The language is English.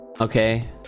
Okay